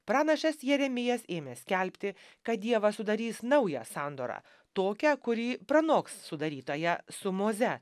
pranašas jeremijas ėmė skelbti kad dievas sudarys naują sandorą tokią kurį pranoks sudarytąją su moze